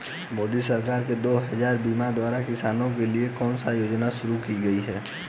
मोदी सरकार दो हज़ार बीस द्वारा किसानों के लिए कौन सी योजनाएं शुरू की गई हैं?